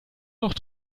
noch